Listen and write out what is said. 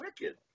wicked